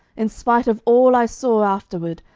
in spite of all i saw afterward,